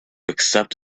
accept